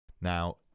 now